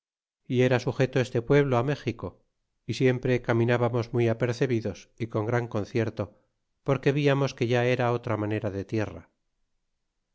y era sujeto este pueblo méxico y siempre caminábamos muy apercehidos y con gran concierto porque viamos que ya era otra manera de tierra